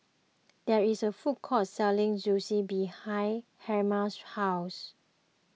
there is a food court selling Zosui behind Helma's house